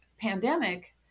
pandemic